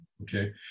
okay